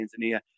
tanzania